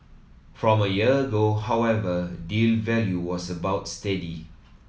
from a year ago however deal value was about steady